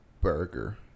burger